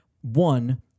one